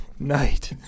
night